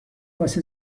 واسه